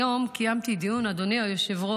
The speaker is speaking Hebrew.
היום קיימתי דיון בוועדה שלי, אדוני היושב-ראש,